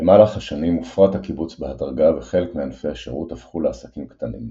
במהלך השנים הופרט הקיבוץ בהדרגה וחלק מענפי השירות הפכו לעסקים קטנים,